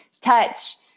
touch